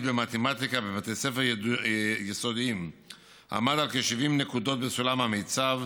במתמטיקה בבתי ספר יסודיים היה כ-70 נקודות בסולם המיצ"ב,